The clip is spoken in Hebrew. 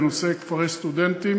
בנושא כפרי סטודנטים: